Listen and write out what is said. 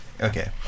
Okay